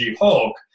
Hulk